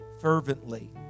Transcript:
fervently